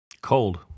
cold